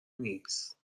نیست